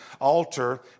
altar